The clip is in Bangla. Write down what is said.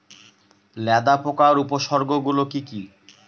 লেদা পোকার উপসর্গগুলি কি কি?